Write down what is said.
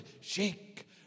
Shake